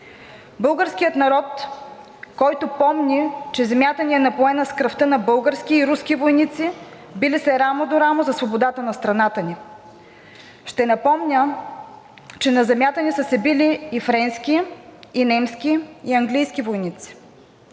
Българският народ, който помни, че земята ни е напоена с кръвта на български и руски войници, били се рамо до рамо за свободата на страната ни. Ще напомня, че на земята ни са се били и френски, и немски, и английски войници,